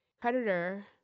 Predator